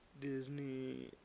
Disney